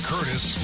Curtis